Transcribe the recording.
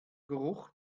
geruch